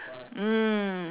mm